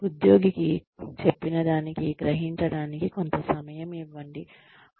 ఉద్యోగికి చెప్పినదానికి గ్రహించడానికి కొంత సమయం ఇవ్వండి